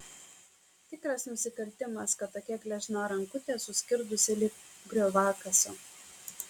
tikras nusikaltimas kad tokia gležna rankutė suskirdusi lyg grioviakasio